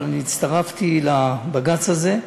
אבל הצטרפתי לבג"ץ הזה.